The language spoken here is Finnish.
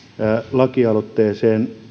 lakialoitteeseen